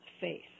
faith